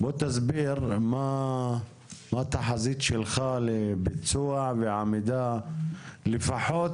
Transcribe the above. ותסביר מה התחזית שלך לביצוע ועמידה לפחות